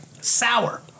sour